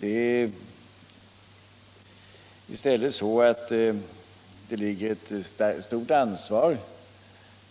Det ligger ett stort ansvar